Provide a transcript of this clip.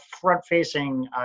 front-facing